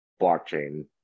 blockchain